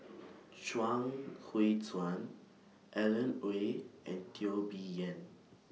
Chuang Hui Tsuan Alan Oei and Teo Bee Yen